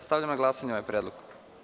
Stavljam na glasanje ovaj predlog.